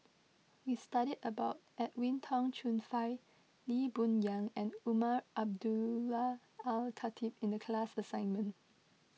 we studied about Edwin Tong Chun Fai Lee Boon Yang and Umar Abdullah Al Khatib in the class assignment